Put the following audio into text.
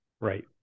Right